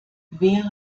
wer